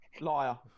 Liar